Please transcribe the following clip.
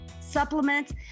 supplements